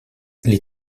les